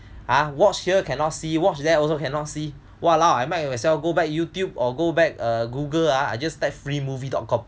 !huh! watch here cannot see watch there also cannot see !walao! I might as well go back Youtube or go back err Google ah just type free movie dot com